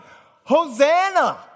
Hosanna